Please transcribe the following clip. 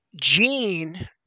Gene